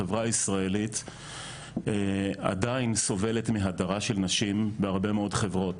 החברה הישראלית עדיין סובלת מהדרה של נשים בהרבה מאוד חברות